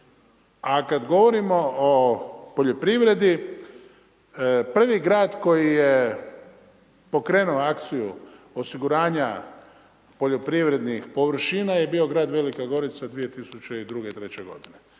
A kada govorimo o poljoprivredi, prvi grad koji je pokrenuo akciju osiguranja poljoprivrednih površina je bio grad Velika Gorica 2002.-2003. g.